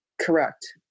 Correct